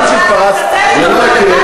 גם כשהתפרצת,